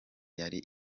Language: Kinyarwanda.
yari